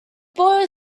boy